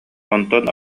онтон